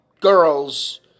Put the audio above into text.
girls